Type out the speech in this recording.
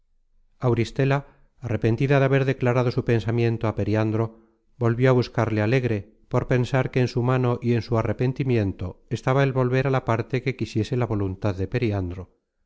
auristela arrepentida de haber declarado su pensamiento á periandro volvió á buscarle alegre por pensar que en su mano y en su arrepentimiento estaba el volver a la parte que quisiese la voluntad de periandro